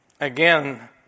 Again